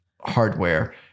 hardware